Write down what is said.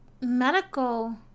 medical